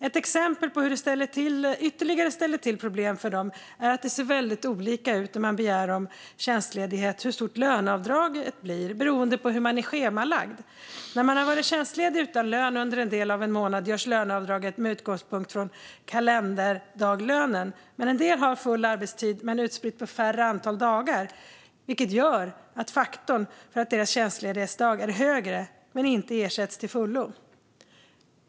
Ett ytterligare exempel på hur det ställer till problem för dem är att löneavdraget när man begär tjänstledighet blir olika stort beroende på hur man är schemalagd. När man har varit tjänstledig utan lön under en del av en månad görs löneavdraget med utgångspunkt från kalenderdaglönen. Men en del har full arbetstid som är utspridd på färre antal dagar. Det gör att faktorn för deras tjänstledighetsdagar är högre men att den inte ersätts till fullo.